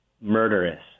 murderous